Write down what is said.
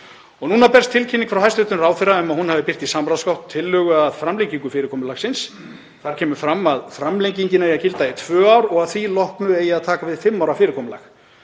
Nú berst tilkynning frá hæstv. ráðherra um að hún hafi birt í samráðsgátt tillögu að framlengingu fyrirkomulagsins. Þar kemur fram að framlengingin eigi að gilda í tvö ár og að því loknu eigi að taka við fimm ára fyrirkomulag.